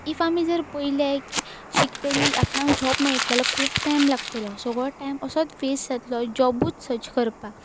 if आमी जर पळयलें की शिकतलीं आपणाक जॉब मेळटलो जाल्यार खूब टायम लागतलो सगळो टायम असोच वेस्ट जातलो जॉबूच सर्च करपाक